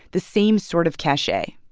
the same sort of cachet.